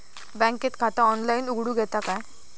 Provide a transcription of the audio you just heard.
बँकेत खाता ऑनलाइन उघडूक येता काय?